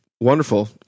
Wonderful